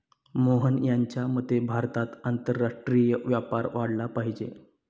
मोहन यांच्या मते भारतात आंतरराष्ट्रीय व्यापार वाढला पाहिजे